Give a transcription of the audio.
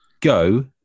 Go